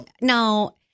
No